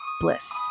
bliss